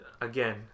again